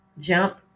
jump